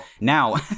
Now